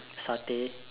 satay